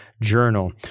Journal